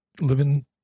living